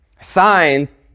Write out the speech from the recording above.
Signs